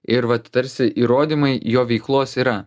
ir vat tarsi įrodymai jo veiklos yra